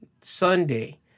Sunday